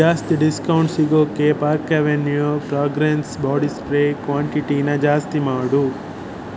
ಜಾಸ್ತಿ ಡಿಸ್ಕೌಂಟ್ ಸಿಗೋಕ್ಕೆ park avenue fragrance body spray ಕ್ವಾಂಟಿಟೀನ ಜಾಸ್ತಿ ಮಾಡು